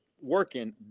working